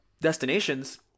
destinations